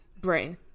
brain